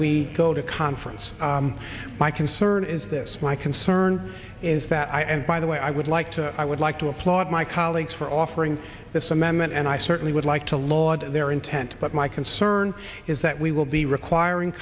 we go to conference my concern is this my concern is that i and by the way i would like to i would like to applaud my colleagues for offering this amendment and i certainly would like to laud their intent but my concern is that we will be requiring